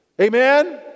Amen